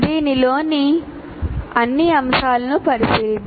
దీనిలోని అన్ని అంశాలను పరిశీలిద్దాం